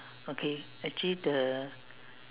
okay actually the